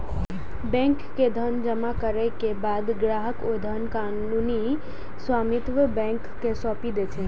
bank मे धन जमा करै के बाद ग्राहक ओइ धनक कानूनी स्वामित्व बैंक कें सौंपि दै छै